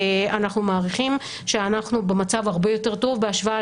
אנחנו מעריכים שאנחנו במצב הרבה יותר טוב בהשוואה